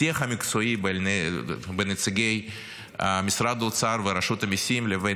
השיח המקצועי בין נציגי משרד האוצר ורשות המיסים לבין